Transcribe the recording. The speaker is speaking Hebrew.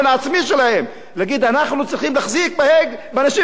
להגיד: אנחנו צריכים להחזיק באנשים האלה שמחזיקים את ההגה.